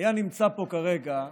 והיה נמצא פה כרגע,